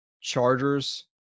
Chargers